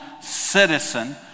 citizen